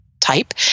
type